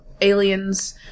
aliens